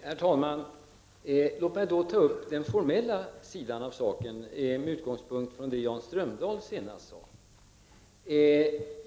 Herr talman! Låt mig då ta upp den formella sidan av saken med utgångspunkt i det som Jan Strömdahl senast sade.